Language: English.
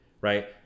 right